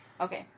Okay